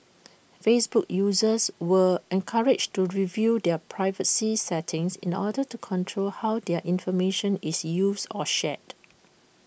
Facebook users were encouraged to review their privacy settings in order to control how their information is used or shared